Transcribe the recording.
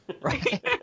right